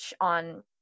on